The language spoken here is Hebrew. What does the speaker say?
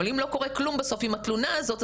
אבל אם לא קורה כלום בסוף עם התלונה הזאת,